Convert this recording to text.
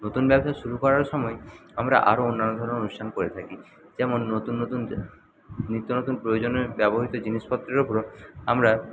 নতুন ব্যবসা শুরু করার সময়ে আমরা আরো অন্যান্য ধরণের অনুষ্ঠান করে থাকি যেমন নতুন নতুন নিত্যনতুন প্রয়োজনীয় ব্যবহৃত জিনিসপত্রের ওপর আমরা